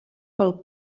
pel